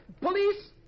Police